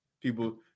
People